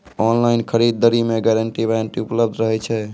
Online खरीद दरी मे गारंटी वारंटी उपलब्ध रहे छै?